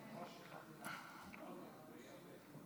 מכובדי היושב-ראש,